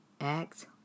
Act